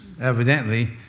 evidently